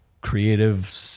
creative